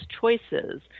choices